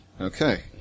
Okay